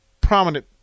prominent